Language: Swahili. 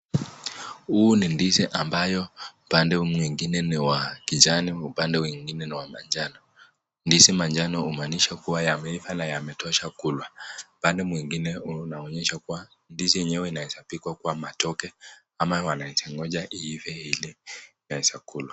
Huu ni ndizi ambayo upande mwingine ni wa kijani, upande mwingine ni wa manjano. Ndizi manjano humaanisha kuwa yameiva na yametosha kulwa . Upande mwingine unaonyesha kuwa ndizi yenyewe inaeza pikwa kwa matoke ama wanaeza ngoja iive ile inaweza kulwa .